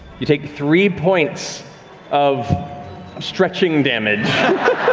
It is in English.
you take three points of stretching damage.